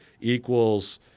equals